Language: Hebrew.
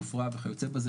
כופרה וכיוצא בזה,